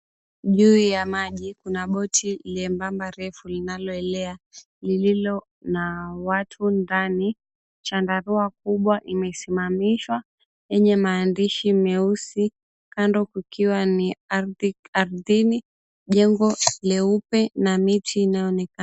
Juu ya maji kuna boti lembamba refu linaloelea lililo na watu ndani, chandarua kubwa imesimamishwa yenye maandishi meusi, kando kukiwa ni ardhini, jengo leupe na miti inayoonekana.